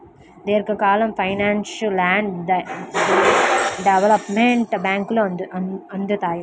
దీర్ఘకాలిక ఫైనాన్స్ను land development బ్యేంకులు అందిత్తాయి